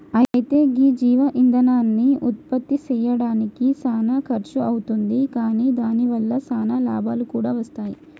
అయితే గీ జీవ ఇందనాన్ని ఉత్పప్తి సెయ్యడానికి సానా ఖర్సు అవుతుంది కాని దాని వల్ల సానా లాభాలు కూడా వస్తాయి